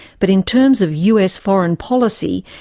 but in terms of us foreign policy,